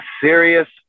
serious